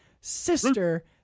sister